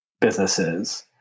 businesses